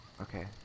Okay